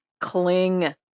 cling